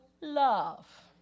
love